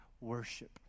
worship